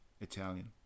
Italian